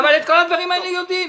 אבל את כל הדברים האלה יודעים.